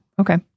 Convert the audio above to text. okay